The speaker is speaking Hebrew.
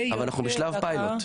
אבל אנחנו בשלב הפיילוט,